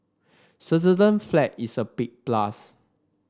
Switzerland flag is a big plus